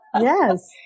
Yes